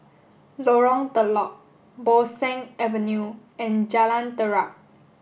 Lorong Telok Bo Seng Avenue and Jalan Terap